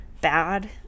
bad